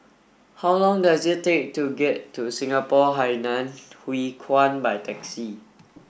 how long does it take to get to Singapore Hainan Hwee Kuan by taxi